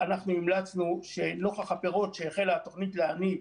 המלצנו שנוכח הפירות שהחלה התוכנית להניב,